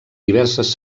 diverses